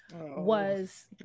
was-